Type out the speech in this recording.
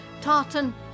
Tartan